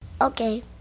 Okay